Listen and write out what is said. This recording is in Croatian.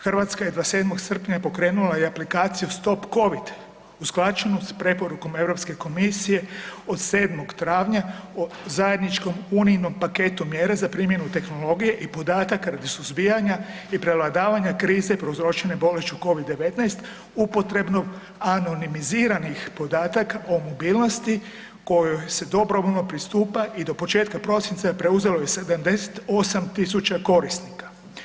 Hrvatska je 27. srpnja i pokrenula i aplikaciju Stop Covid usklađenu s preporukom Europske komisije od 7. travnja o zajedničkom unijinom paketu mjera za primjenu tehnologije i podataka radi suzbijanja i prevladavanje krize prouzročene bolešću Covid-19 upotrebnom anonimiziranih podataka o mobilnosti kojoj se dobrovoljno pristupa i do početka prosinca preuzelo je 78.000 korisnika.